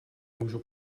můžu